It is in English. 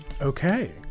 Okay